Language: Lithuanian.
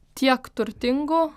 tiek turtingų